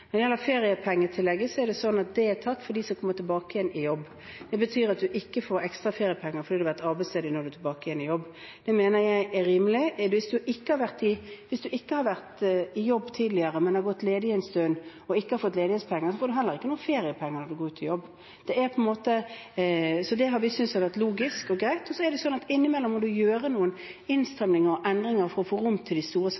Når det gjelder feriepengetillegget, er det sånn at det er tatt for dem som kommer tilbake igjen i jobb. Det betyr at du ikke får ekstra feriepenger, fordi du har vært arbeidsledig, når du er tilbake igjen i jobb. Det mener jeg er rimelig. Hvis du ikke har vært i jobb tidligere, men har gått ledig en stund og ikke har fått ledighetspenger, får du heller ikke feriepenger når du går ut i jobb. Det har vi syntes har vært logisk og greit. Og så er det sånn at innimellom må en gjøre noen innstramminger og endringer for å få rom til de store